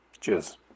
Cheers